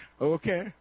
Okay